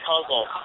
puzzle